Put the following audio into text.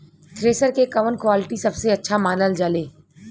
Thresher के कवन quality सबसे अच्छा मानल जाले?